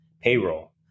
payroll